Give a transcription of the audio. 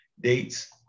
dates